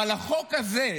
אבל החוק הזה,